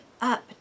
up